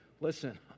listen